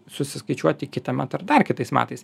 susiskaičiuoti kitąmet ar dar kitais metais